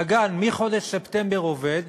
והגן מחודש ספטמבר עובד,